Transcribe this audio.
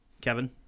Kevin